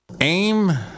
AIM